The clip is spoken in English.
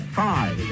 five